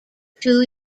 two